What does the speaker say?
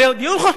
זה דיון חוזר.